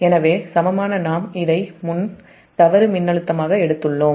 எனவே நாம் இதை முன் தவறு மின்னழுத்தமாக எடுத்துள்ளோம்